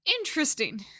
Interesting